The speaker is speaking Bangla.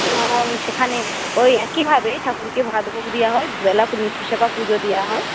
এবং সেখানে ওই একইভাবে ঠাকুরকে ভাত ভোগ দেওয়া হয় দুবেলা নিত্য সেবা পুজো দেওয়া হয়